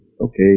okay